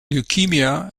leukaemia